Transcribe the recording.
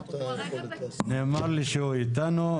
נאמר לי שהוא איתנו.